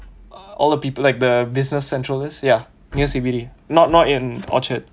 all the people like the business central is ya near C_B_D not not in orchard